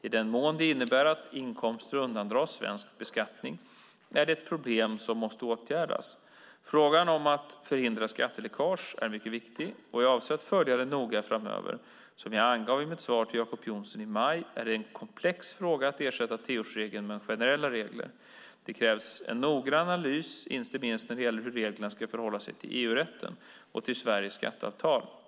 I den mån det innebär att inkomster undandras svensk beskattning är det ett problem som måste åtgärdas. Frågan om att förhindra skatteläckage är mycket viktig och jag avser att följa den noga framöver. Som jag angav i mitt svar till Jacob Johnson i maj är det en komplex fråga att ersätta tioårsregeln med generella regler. Det krävs en noggrann analys, inte minst när det gäller hur reglerna ska förhålla sig till EU-rätten och till Sveriges skatteavtal.